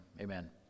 amen